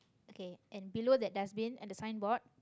okay and below that dustbin and the signboard